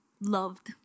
loved